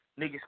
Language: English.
niggas